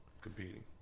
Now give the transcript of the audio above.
competing